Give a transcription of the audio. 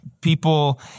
people